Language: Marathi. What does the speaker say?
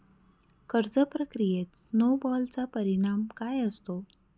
कर्ज प्रक्रियेत स्नो बॉलचा परिणाम काय असतो?